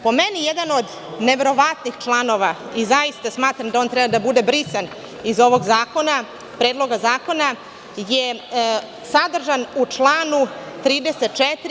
Po meni, jedan od neverovatnih članova i zaista smatram da on treba da bude brisan iz ovog Predloga zakona je sadržan u članu 34.